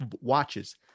watches